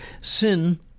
sin